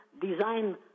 Design